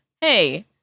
hey